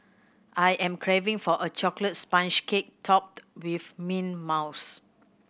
I am craving for a chocolate sponge cake topped with mint mousse